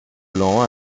blancs